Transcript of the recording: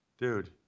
Dude